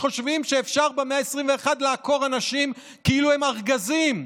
שחושבים שאפשר במאה ה-21 לעקור אנשים כאילו הם ארגזים,